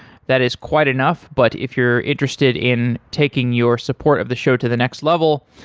that is quite enough, but if you're interested in taking your support of the show to the next level,